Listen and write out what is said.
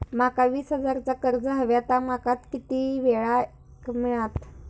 माका वीस हजार चा कर्ज हव्या ता माका किती वेळा क मिळात?